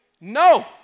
No